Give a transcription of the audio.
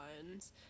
ones